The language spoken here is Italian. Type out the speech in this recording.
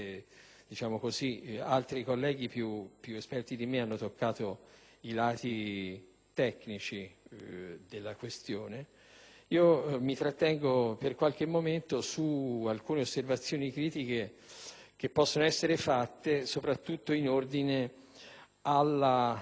altri colleghi più esperti di me hanno affrontato i lati tecnici della questione, ma intervengo per qualche momento con alcune osservazioni critiche che possono essere fatte soprattutto in ordine alla